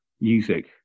music